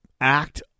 act